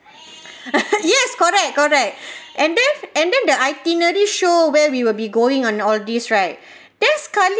yes correct correct and then and then the itinerary show where we will be going and all these right then sekali